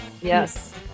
Yes